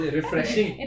Refreshing